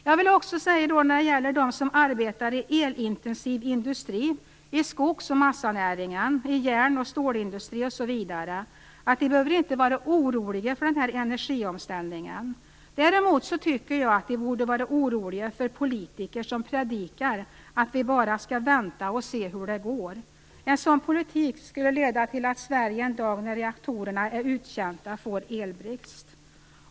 Jag vill också säga att de som arbetar i elintensiv industri - i skogs och massanäringen, i järn och stålindustri osv. - inte behöver vara oroliga för den här energiomställningen. Däremot tycker jag att de borde vara oroliga för de politiker som predikar att vi bara skall vänta och se hur det går. En sådan politik skulle leda till att Sverige en dag, när reaktorerna är uttjänta, får elbrist.